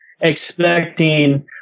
expecting